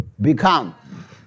become